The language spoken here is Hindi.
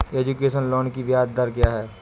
एजुकेशन लोन की ब्याज दर क्या है?